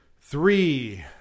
Three